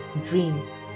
dreams